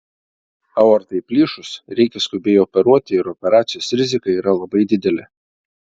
aortai plyšus reikia skubiai operuoti ir operacijos rizika yra labai didelė